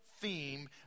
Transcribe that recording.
theme